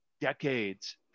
decades